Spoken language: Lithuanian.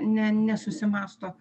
ne nesusimąsto